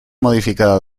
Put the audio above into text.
modificada